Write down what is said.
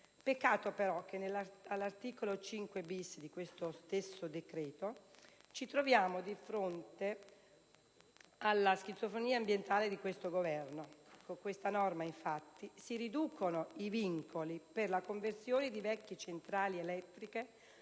Peccato però che, all'articolo 5-*bis* dello stesso decreto, ci troviamo di fronte alla schizofrenia ambientale di questo Governo. Con questa norma, infatti, si riducono i vincoli per la conversione di vecchie centrali elettriche